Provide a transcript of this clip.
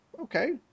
Okay